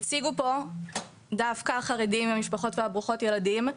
הציגו פה דווקא החרדים מהמשפחות הברוכות ילדים.